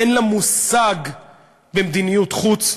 אין לה מושג במדיניות חוץ,